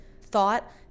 thought